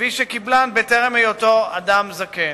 כפי שקיבלן בטרם היותו אדם זקן.